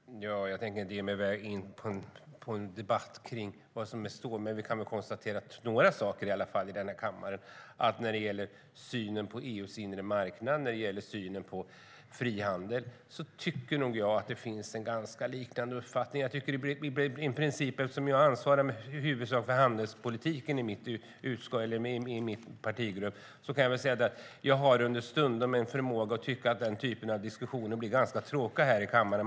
Herr talman! Jag tänker inte ge mig in i den debatten, men vi kan väl konstatera att när det gäller synen på EU:s inre marknad och synen på frihandel finns det ganska liknande uppfattningar. Eftersom jag i huvudsak ansvarar för handelspolitiken i min partigrupp kan jag säga att jag understundom kan tycka att den typen av diskussioner blir ganska tråkiga här i kammaren.